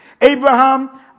Abraham